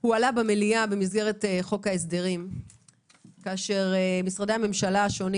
הועלה במליאה במסגרת חוק ההסדרים כאשר משרדי הממשלה השונים